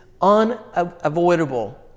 unavoidable